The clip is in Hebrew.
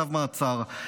צו מעצר.